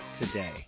today